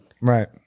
right